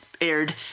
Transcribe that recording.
aired